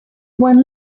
when